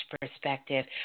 perspective